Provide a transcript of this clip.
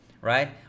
right